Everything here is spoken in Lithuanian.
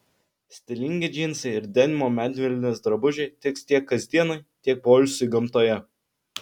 stilingi džinsai ir denimo medvilnės drabužiai tiks tiek kasdienai tiek poilsiui gamtoje